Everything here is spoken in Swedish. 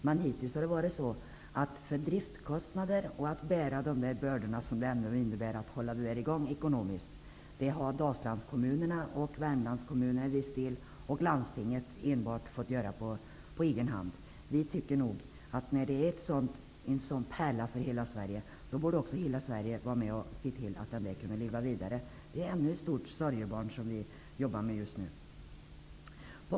Men hittills har Dalslandskommunerna, Värmlandskommunerna och landstinget på egen hand fått stå för driftskostnaderna och ensamma fått bära de bördor som det innebär att hålla den i gång ekonomiskt. När det är en sådan pärla för hela Sverige borde också hela Sverige vara med och se till att kanalen kan leva vidare. Det är ännu ett stort sorgebarn för oss.